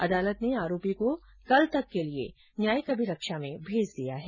अदालत ने आरोपी को कल तक के लिए न्यायिक अभिरक्षा में भेज दिया है